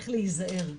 איך להיזהר,